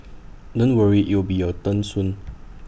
don't worry IT will be your turn soon